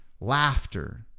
laughter